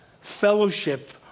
fellowship